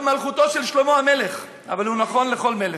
מלכותו של שלמה המלך אבל הוא נכון לכל מלך: